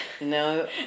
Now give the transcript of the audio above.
No